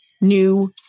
new